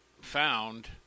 found